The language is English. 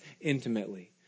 intimately